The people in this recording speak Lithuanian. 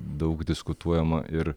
daug diskutuojama ir